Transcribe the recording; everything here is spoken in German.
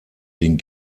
den